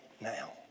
now